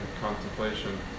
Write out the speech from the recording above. contemplation